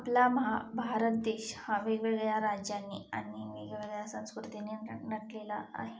आपला महा भारत देश हा वेगवेगळ्या राज्यांनी आणि वेगवेगळ्या संस्कृतीनी नट नटलेला आहे